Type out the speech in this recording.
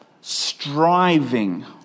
striving